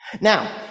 Now